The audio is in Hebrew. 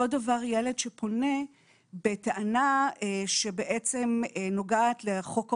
אותו דבר ילד שפונה בטענה שבעצם נוגעת לחוק העונשין,